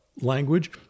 language